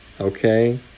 okay